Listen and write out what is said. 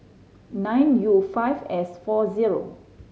nine U five S four zero